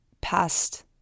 past